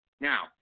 Now